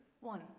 One